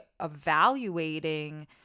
evaluating